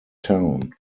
town